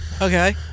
Okay